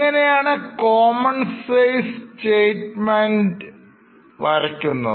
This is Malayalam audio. ഇങ്ങനെയാണ് common size സ്റ്റേറ്റ്മെൻറ് വരയ്ക്കുന്നത്